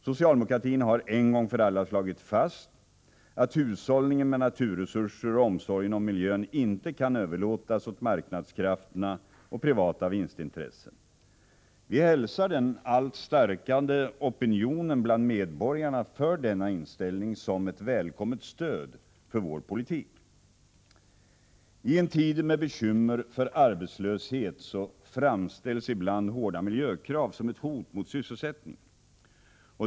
Socialdemokratin har en gång för alla slagit fast att hushållningen med naturresurser och omsorgen om miljön inte kan överlåtas åt marknadskrafterna och privata vinstintressen. Vi hälsar den allt starkare opinionen bland medborgarna för denna inställning som ett välkommet stöd för vår politik. I en tid med bekymmer för arbetslöshet framställs ibland hårda miljökrav som ett hot mot sysselsättningen.